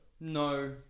No